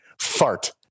fart